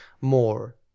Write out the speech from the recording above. more